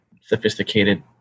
sophisticated